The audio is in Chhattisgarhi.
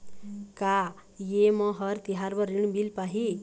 का ये म हर तिहार बर ऋण मिल पाही?